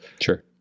Sure